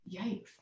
Yikes